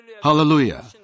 Hallelujah